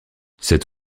cet